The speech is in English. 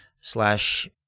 slash